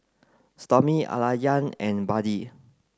Stormy Alayna and Buddy